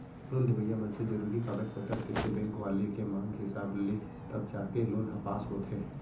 loan लेवइया मनसे जरुरी कागज पतर देथे बेंक वाले के मांग हिसाब ले तब जाके लोन ह पास होथे